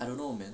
I don't know man